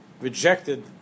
rejected